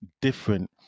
different